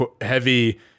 heavy